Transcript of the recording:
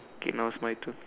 okay now's my turn